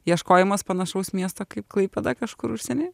ieškojimas panašaus miesto kaip klaipėda kažkur užsieny